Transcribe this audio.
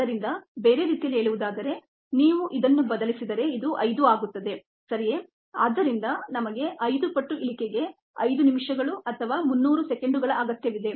ಆದ್ದರಿಂದ ನೀವು ಇದನ್ನು ಬದಲಿಸಿದರೆ ಇದು 5 ಆಗುತ್ತದೆ ಆದ್ದರಿಂದ ನಮಗೆ 5 ಪಟ್ಟು ಇಳಿಕೆಗೆ 5 ನಿಮಿಷಗಳು ಅಥವಾ 300 ಸೆಕೆಂಡುಗಳ ಅಗತ್ಯವಿದೆ